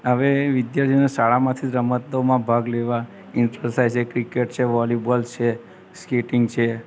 હવે વિદ્યાર્થીઓને શાળામાંથી રમતોમાં ભાગ લેવા ઈંટરસ્ટ થાય છે ક્રિકેટ છે વોલીબોલ છે સ્કેટિંગ છે